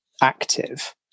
active